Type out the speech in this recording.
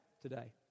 today